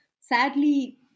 sadly